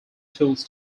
tools